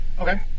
Okay